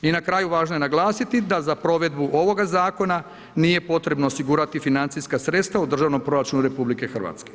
I na kraju važno je naglasiti da za provedbu ovog Zakona nije potrebno osigurati financijska sredstva u državnom proračunu RH.